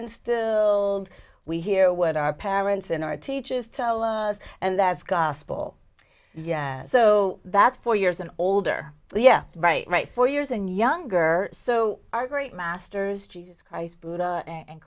instilled we hear what our parents and our teachers tell us and that's gospel so that's four years and older yeah right right four years and younger so our great masters jesus christ buddha and